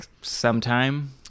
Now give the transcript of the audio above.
sometime